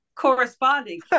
corresponding